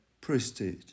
prestige